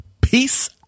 peace